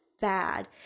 Bad